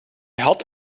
had